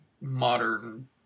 modern